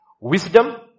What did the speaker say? Wisdom